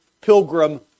pilgrim